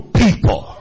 people